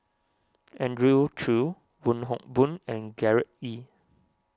Andrew Chew Wong Hock Boon and Gerard Ee